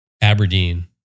Aberdeen